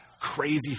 crazy